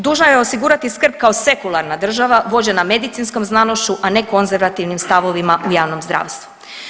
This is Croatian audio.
Dužna je osigurati skrb kao sekularna država vođena medicinskom znanošću, a ne konzervativnim stavovima u javnom zdravstvu.